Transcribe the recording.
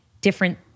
different